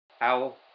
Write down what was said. Owl